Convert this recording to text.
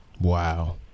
Wow